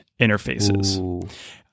interfaces